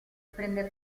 prende